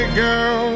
girl